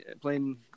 playing